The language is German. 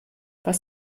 was